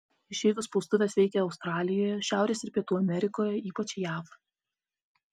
išeivių spaustuvės veikė australijoje šiaurės ir pietų amerikoje ypač jav